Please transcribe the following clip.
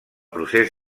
procés